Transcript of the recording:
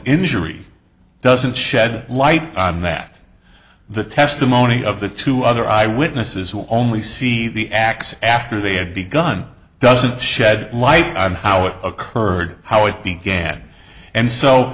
injury doesn't shed light on that the testimony of the two other eyewitnesses who only see the x after they have begun doesn't shed light on how it occurred how it began and so